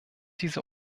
diese